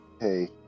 Hey